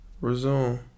Resume